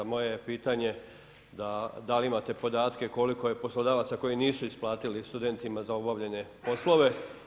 Moje je pitanje da li imate podatke koliko je poslodavaca koji nisu isplatili studentima za obavljene poslove?